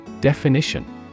Definition